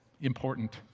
important